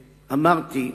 ואמרתי,